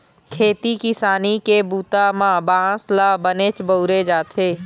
खेती किसानी के बूता म बांस ल बनेच बउरे जाथे